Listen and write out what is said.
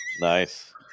Nice